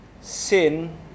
sin